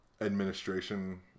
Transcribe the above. administration